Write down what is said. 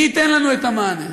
מי ייתן לנו את המענה?